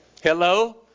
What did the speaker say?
Hello